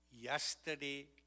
yesterday